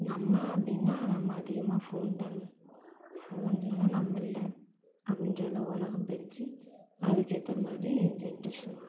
நம்ம அப்படின்னா நம்ம அதிகமாக ஃபோன்தாங்க ஃபோன் இல்லைனா நம்ம இல்லை அப்படின்ற அளவு உலகம் போயிடிச்சு அதுக்கேற்ற மாதிரி ஜென்ரேஷன் மாறிட்டிருக்கு